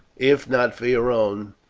if not for your own,